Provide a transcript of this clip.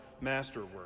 masterwork